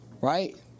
Right